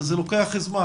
זה לוקח זמן.